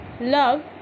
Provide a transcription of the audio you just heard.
Love